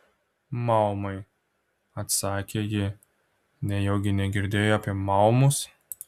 maumai atsakė ji nejaugi negirdėjai apie maumus